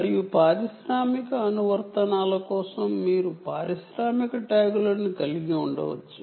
మరియు industrial applications కోసం మీరు ఇండస్ట్రియల్ ట్యాగ్లను కలిగి ఉండవచ్చు